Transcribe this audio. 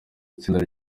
itsinda